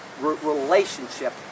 relationship